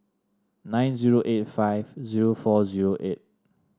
nine zero eight five zero four zero eight